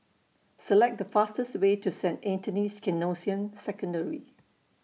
Select The fastest Way to Saint Anthony's Canossian Secondary